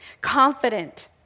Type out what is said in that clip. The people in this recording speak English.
Confident